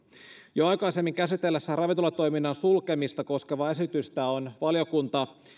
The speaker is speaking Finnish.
jo aikaisemmin käsitellessään ravintolatoiminnan sulkemista koskevaa esitystä on valiokunta